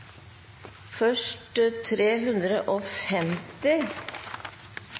først